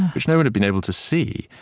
which no one had been able to see,